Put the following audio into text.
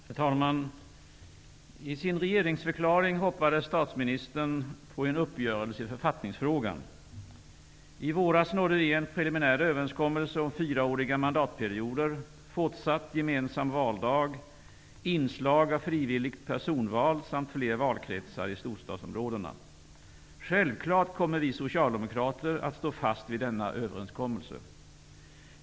Herr talman! I sin regeringsförklaring hoppades statsministern på en uppgörelse i författningsfrågan. I våras nådde vi en preliminär överenskommelse om fyraåriga mandatperioder, fortsatt gemensam valdag, inslag av frivilligt personval samt fler valkretsar i storstadsområdena. Självklart kommer vi socialdemokrater att stå fast vid denna överenskommelse.